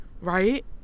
right